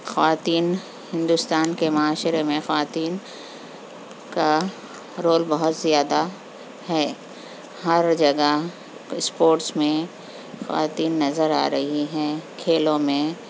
خواتین ہندوستان کے معاشرے میں خواتین کا رول بہت زیادہ ہے ہر جگہ اسپوٹس میں خواتین نظر آ رہی ہیں کھیلوں میں